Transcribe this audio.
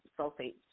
sulfates